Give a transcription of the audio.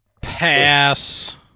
pass